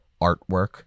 artwork